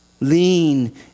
Lean